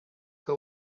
que